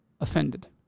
offended